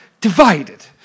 divided